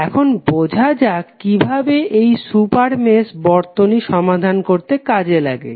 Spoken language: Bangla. এখন বোঝা যাক কিভাবে এই সুপার মেশ বর্তনী সমাধান করতে কাজে লাগে